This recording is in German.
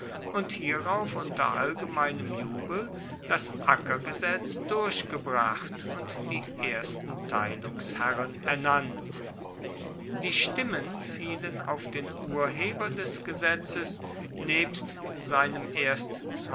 und hierauf unter allgemeinem jubel das ackergesetz durchgebracht und die ersten teilungsherren ernannt die stimmen fielen auf den urheber des gesetzes nebst seinem erst